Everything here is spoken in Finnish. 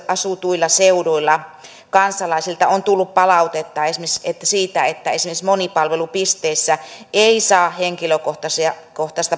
asutuilla seuduilla kansalaisilta on tullut palautetta siitä että esimerkiksi monipalvelupisteissä ei saa henkilökohtaista